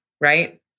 right